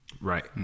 right